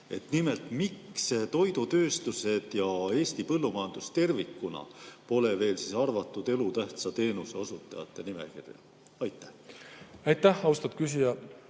Nimelt, miks toidutööstused ja Eesti põllumajandus tervikuna pole veel arvatud elutähtsa teenuse osutajate nimekirja? Aitäh, austatud küsija!